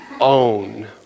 own